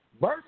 Birth